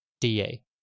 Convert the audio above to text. DA